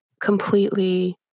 completely